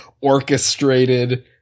orchestrated